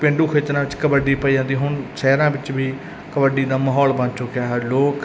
ਪੇਂਡੂ ਖੇਤਰਾਂ 'ਚ ਕਬੱਡੀ ਪਾਈ ਜਾਂਦੀ ਹੁਣ ਸ਼ਹਿਰਾਂ ਵਿੱਚ ਵੀ ਕਬੱਡੀ ਦਾ ਮਾਹੌਲ ਬਣ ਚੁੱਕਿਆ ਹੈ ਲੋਕ